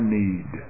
need